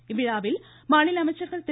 இவ்விழாவில் மாநில அமைச்சர் திரு